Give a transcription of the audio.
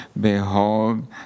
Behold